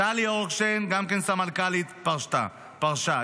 טלי ארקושין, גם כן סמנכ"לית, פרשה.